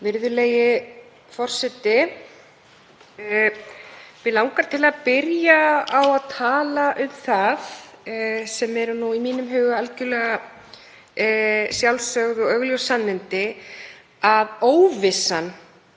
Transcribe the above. Virðulegi forseti. Mig langar til að byrja á að tala um það sem eru í mínum huga algerlega sjálfsögð og augljós sannindi, að óvissa